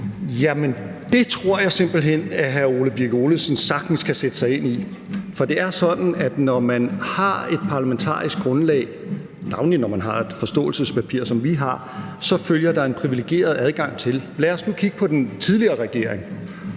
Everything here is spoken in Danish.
Jamen det tror jeg simpelt hen at hr. Ole Birk Olesen sagtens kan sætte sig ind i. For det er sådan, at når man har et parlamentarisk grundlag, navnlig når man har et forståelsespapir, som vi har, så følger der en privilegeret adgang med. Lad os nu kigge på den tidligere regering,